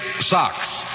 socks